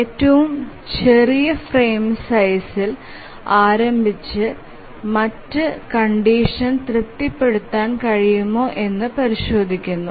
ഏറ്റവും ചെറിയ ഫ്രെയിം സൈസ്ഇൽ ആരംഭിച്ച് മറ്റ് കണ്ടിഷൻ തൃപ്തിപ്പെടുത്താൻ കഴിയുമോ എന്ന് പരിശോധിക്കുന്നു